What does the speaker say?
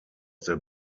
der